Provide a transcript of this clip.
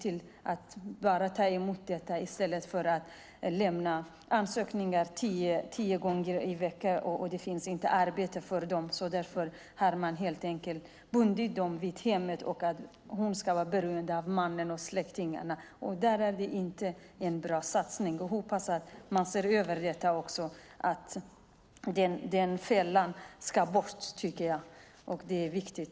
De tar emot detta i stället för att lämna ansökningar tio gånger i veckan utan att det finns arbete för dem. Därför har man helt enkelt bundit dem vid hemmet och sett till att de ska vara beroende av mannen och släktingarna. Det är inte en bra satsning, och jag hoppas att man ser över detta. Denna fälla ska bort, tycker jag. Det är viktigt.